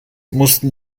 mussten